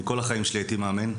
אני כל החיים שלי הייתי מאמן,